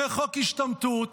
חוק השתמטות,